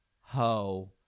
Ho